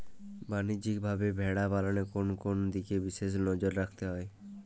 বাণিজ্যিকভাবে ভেড়া পালনে কোন কোন দিকে বিশেষ নজর রাখতে হয়?